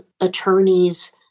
attorneys